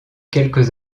quelques